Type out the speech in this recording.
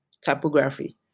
typography